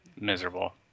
Miserable